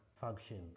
function